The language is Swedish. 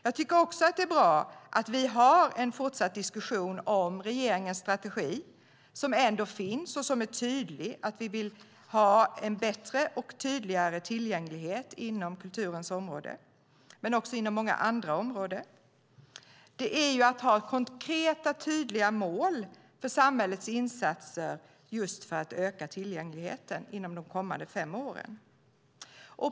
Det är också bra att vi har en fortsatt diskussion om regeringens strategi som finns och som är tydlig om att vi vill ha en bättre och tydligare tillgänglighet inom kulturens område men också inom många andra områden. Det handlar om att ha konkreta och tydliga mål för samhällets insatser just för att öka tillgängligheten de kommande fem åren.